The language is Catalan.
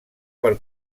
per